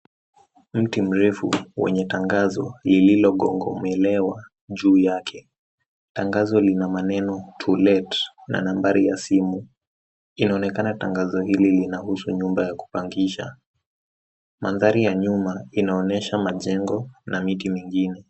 Mti mrefu wenye tangazo lilogongomolewa juu yake, tangazo lina maneno to let na nambari ya simu, inoonekana tangazo hili linahusu nyumba ya kupangisha, mandari ya nyuma inaonesha majengo na miti mingine.